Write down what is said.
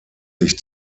sich